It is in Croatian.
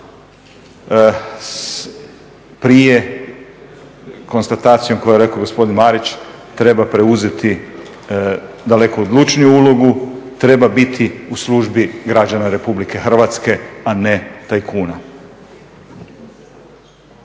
prije konstatacijom koju je rekao gospodin Marić treba preuzeti daleko odlučniju ulogu, treba biti u službi građana Republike Hrvatske a ne tajkuna.